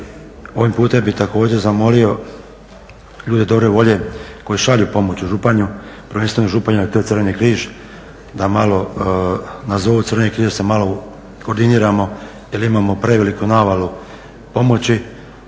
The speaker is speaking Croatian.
Ovim putem bi također zamolio ljude dobre volje koji šalju pomoć u Županju, prvenstveno Županju jer je tamo Crveni križ, da malo nazovu Crveni križ da se malo koordiniramo jel imamo preveliku navalu pomoći.